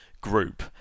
group